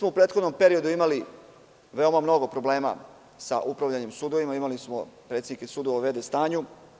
U prethodnom periodu smo imali veoma mnogo problema sa upravljanjem sudova i imali smo predsednike sudova u v.d. stanju.